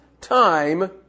time